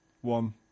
one